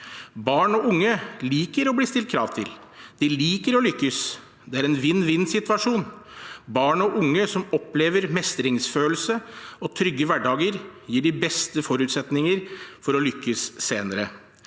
Barn og unge liker å bli stilt krav til, de liker å lykkes. Det er en vinn-vinn-situasjon. Barn og unge som opplever mestringsfølelse og trygge hverdager, har de beste forutsetninger for å lyk